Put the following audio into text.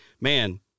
man